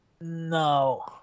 No